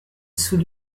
sous